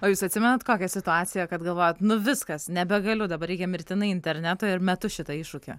o jūs atsimenat kokią situaciją kad galvojat nu viskas nebegaliu dabar reikia mirtinai interneto ir metu šitą iššūkį